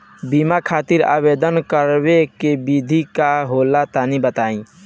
बीमा खातिर आवेदन करावे के विधि का होला तनि बताईं?